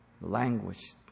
language